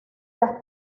las